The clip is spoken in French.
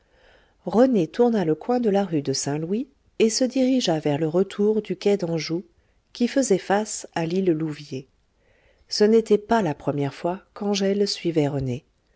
rené tourna le coin de la rue de saint-louis et se dirigea vers le retour du quai d'anjou qui faisait face à l'île louviers ce n'était pas la première fois qu'angèle suivait rené